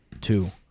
two